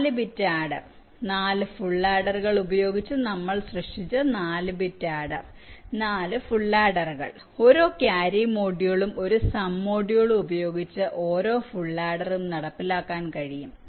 4 bit adder 4 4 full ആഡറുകൾ ഉപയോഗിച്ച് നമ്മൾ സൃഷ്ടിച്ച 4 ബിറ്റ് ആഡ്ഡർ 4 ഫുൾ ആഡറുകൾ ഓരോ ക്യാരി മൊഡ്യൂളും ഒരു സം മൊഡ്യൂളും ഉപയോഗിച്ച് ഓരോ ഫുൾ ആഡറും നടപ്പിലാക്കാൻ കഴിയും